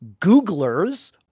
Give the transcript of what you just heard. Googlers